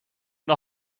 nog